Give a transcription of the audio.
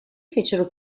fecero